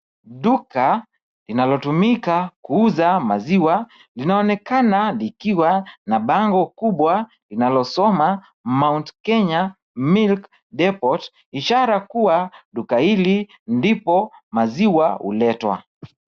Duka linalotumika kuuza maziwa, linaonekana likiwa na bango kubwa, linalosoma Mount Kenya milk depot, ishara kuwa duka hili ndipo maziwa huletwa.